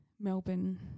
Melbourne